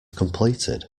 completed